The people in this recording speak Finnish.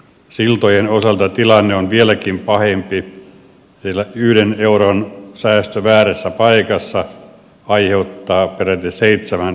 siltojen osalta tilanne on vieläkin pahempi sillä yhden euron säästö väärässä paikassa aiheuttaa peräti seitsemän euron vahingon